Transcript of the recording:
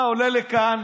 אתה עולה לכאן